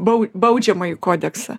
bau baudžiamąjį kodeksą